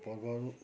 पर्वहरू